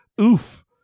Oof